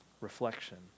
reflection